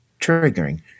triggering